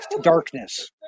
Darkness